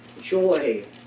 Joy